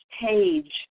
page